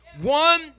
One